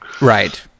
right